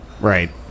Right